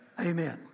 Amen